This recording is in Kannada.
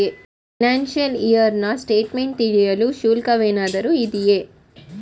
ಫೈನಾಶಿಯಲ್ ಇಯರ್ ನ ಸ್ಟೇಟ್ಮೆಂಟ್ ತಿಳಿಯಲು ಶುಲ್ಕವೇನಾದರೂ ಇದೆಯೇ?